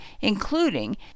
including